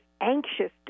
anxious